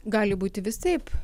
gali būti visaip